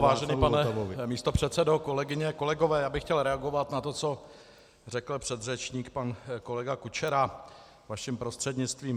Vážený pane místopředsedo, kolegyně, kolegové, já bych chtěl reagovat na to, co řekl předřečník pan kolega Kučera, vaším prostřednictvím.